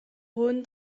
rhône